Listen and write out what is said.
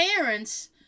parents